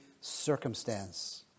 circumstance